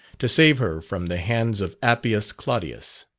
to save her from the hands of appius claudius.